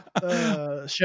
show